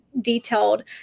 detailed